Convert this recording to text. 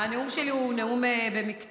הנאום שלי הוא נאום במקטעים.